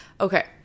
Okay